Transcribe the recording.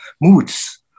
moods